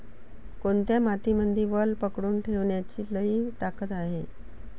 कोनत्या मातीमंदी वल पकडून ठेवण्याची लई ताकद हाये?